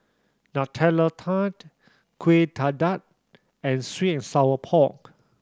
Nutella Tart Kueh Dadar and sweet and sour pork